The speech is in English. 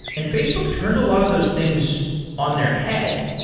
and facebook turned a lot of those things on their head,